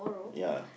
ya